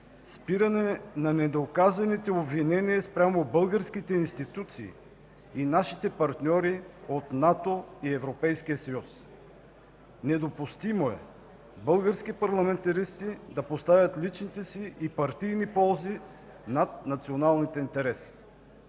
спиране на недоказаните обвинения спрямо българските институции и нашите партньори от НАТО и Европейския съюз. Недопустимо е български парламентаристи да поставят личните си и партийни ползи над националните интереси.